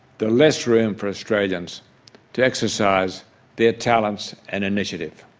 the less room for australians to exercise their talents and initiative.